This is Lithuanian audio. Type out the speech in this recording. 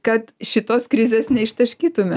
kad šitos krizės neištaškytume